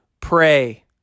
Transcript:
pray